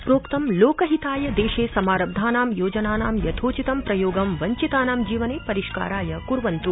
प्रोक्तम् लोकहिताय देशे समारब्धानां योजनानां यथोचितं प्रयोगं वव्वितानां जीवने परिष्काराय कुर्वन्तु